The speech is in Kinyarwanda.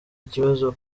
ikibazo